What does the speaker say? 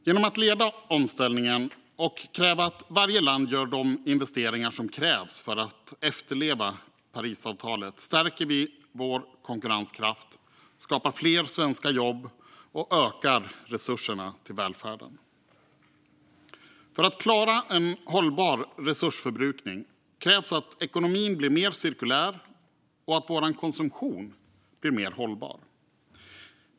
Genom att leda omställningen och förutsätta att varje land gör de investeringar som krävs för att efterleva Parisavtalet stärker vi vår konkurrenskraft, skapar fler svenska jobb och ökar resurserna till välfärden. För att klara en hållbar resursförbrukning krävs att ekonomin blir mer cirkulär och att vår konsumtion blir mer hållbar.